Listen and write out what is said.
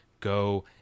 Go